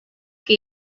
que